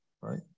Right